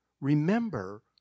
Remember